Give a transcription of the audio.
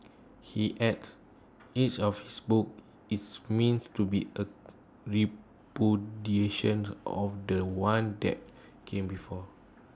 he adds each of his books is means to be A repudiation of The One that came before